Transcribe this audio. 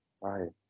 right